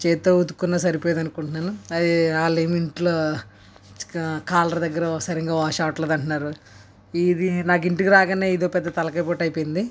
చేత్తో ఉతుక్కున్నా సరిపోయేది అనుకుంటున్నాను వాళ్ళేమో ఇంట్లో కాలర్ దగ్గర సరిగా వాష్ అవటం లేదంటున్నారు ఇవి నాకు ఇంటికి రాగానే ఇదోక పెద్ద తలకాయ పోటు అయిపోయింది